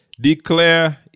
Declare